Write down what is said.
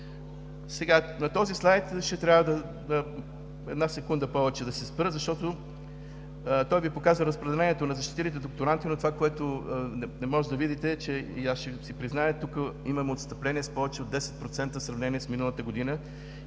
На този слайд ще трябва да се спра една секунда повече, защото той Ви показва разпределението на защитилите докторанти. Но това, което не може да видите и ще си призная, е, че тук имаме отстъпление с повече от 10% в сравнение с миналата година